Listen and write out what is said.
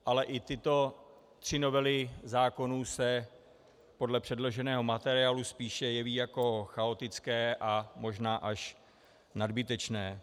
Ale i tyto tři novely zákonů se podle předloženého materiálu spíše jeví jako chaotické a možná až nadbytečné.